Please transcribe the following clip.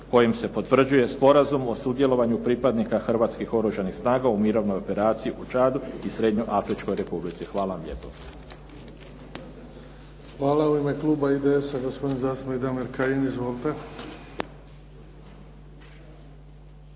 kojim se potvrđuje sporazum o sudjelovanju pripadnika Hrvatskih oružanih snaga u mirovnoj operaciji u Čadu i Srednjoafričkoj Republici. Hvala vam lijepo. **Bebić, Luka (HDZ)** Hvala. U ime Kluba IDS-a, gospodin zastupnik Damir Kajin. Izvolite.